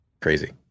crazy